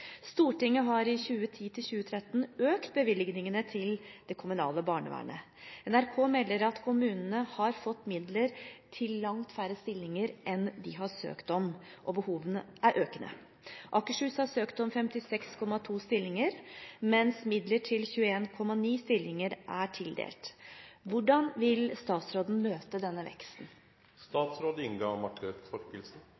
Stortinget har i 2010–2013 økt bevilgningene til det kommunale barnevernet. NRK melder at kommunene har fått midler til langt færre stillinger enn de har søkt om, og behovene er økende. Akershus har søkt om 56,2 stillinger, mens midler til 21,9 stillinger er tildelt. Hvordan vil statsråden møte denne